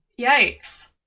Yikes